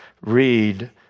read